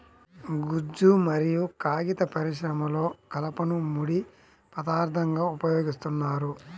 గుజ్జు మరియు కాగిత పరిశ్రమలో కలపను ముడి పదార్థంగా ఉపయోగిస్తున్నారు